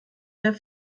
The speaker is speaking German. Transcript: der